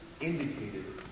indicated